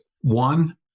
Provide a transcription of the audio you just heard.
One